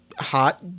hot